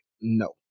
no